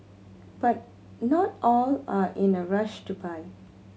but not all are in a rush to buy